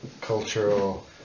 cultural